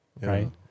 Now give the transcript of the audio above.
right